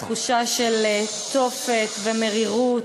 תחושה של תופת ומרירות,